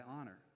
honor